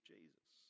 Jesus